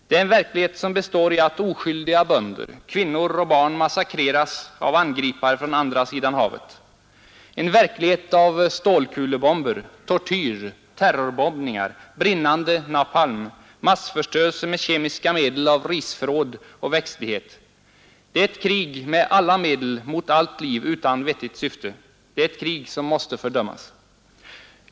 Det är en verklighet som består i att oskyldiga bönder, kvinnor och barn massakreras av angripare från andra sidan havet, en verklighet av stålkulebomber, tortyr, terrorbombningar, brinnande napalm, massförstörelse med kemiska medel av risförråd och växtlighet. Det är ett krig med alla medel mot allt liv utan vettigt syfte. Det är ett krig som måste fördömas.